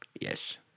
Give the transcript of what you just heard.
Yes